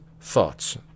thoughts